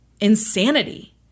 insanity